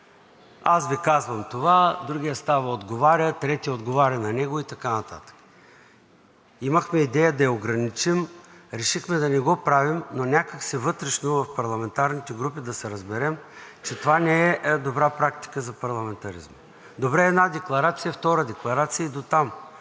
Аз Ви казвам това, другият става отговаря, третият отговаря на него и така нататък. Имахме идея да я ограничим, решихме да не го правим, но някак вътрешно в парламентарните групи да се разберем, че това не е добра практика за парламентаризма. Добре е една декларация, втора декларация и дотам.